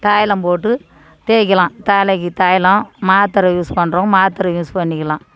தைலம் போட்டு தேய்க்கலாம் தலைக்கு தைலம் மாத்திரை யூஸ் பண்ணுறவங்க மாத்திரை யூஸ் பண்ணிக்கலாம்